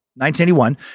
1981